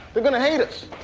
but gonna hate this.